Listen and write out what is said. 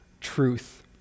truth